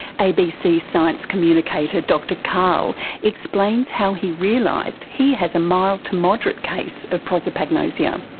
abc science communicator dr karl explains how he realised he has a mild to moderate case of prosopagnosia.